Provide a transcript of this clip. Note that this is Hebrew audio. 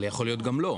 אבל יכול להיות גם לא.